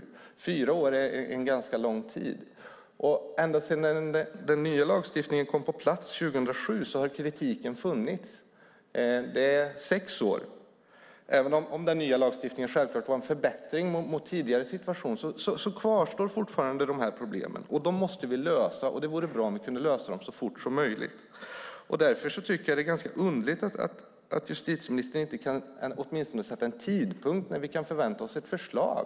Fyra år är en ganska lång tid. Ända sedan den nya lagstiftningen kom på plats, 2007, har kritiken funnits i sex år. Även om den nya lagstiftningen självklart var en förbättring mot den tidigare kvarstår fortfarande de här problemen. De måste vi lösa, och det vore bra om vi kunde lösa dem så fort som möjligt. Därför tycker jag att det är ganska underligt att justitieministern inte åtminstone kan sätta en tidpunkt när vi kan förvänta oss ett förslag.